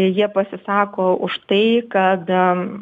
jie pasisako už tai kad am